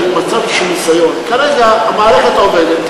כרגע המערכת עובדת,